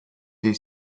die